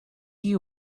you